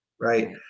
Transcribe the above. right